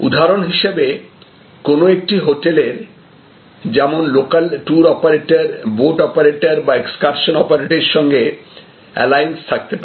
উদাহরণ হিসেবে কোন একটি হোটেলের যেমন local tour operator boat operator বা এক্সকার্শন অপারেটরের সঙ্গে অ্যালায়েন্স থাকতে পারে